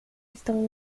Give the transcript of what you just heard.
estão